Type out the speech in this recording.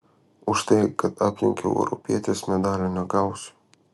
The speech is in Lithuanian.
už tai kad aplenkiau europietes medalio negausiu